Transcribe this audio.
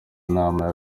nama